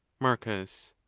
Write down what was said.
marcus.